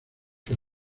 que